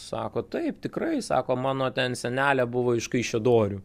sako taip tikrai sako mano ten senelė buvo iš kaišiadorių